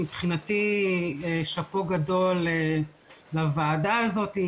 מבחינתי שאפו גדול לוועדה הזאת,